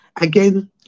Again